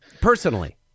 personally